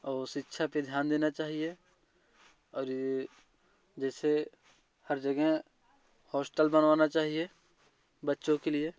और शिक्षा पर ध्यान देना चाहिए और जैसे हर जगह हॉस्टल बनवाना चाहिए बच्चों के लिए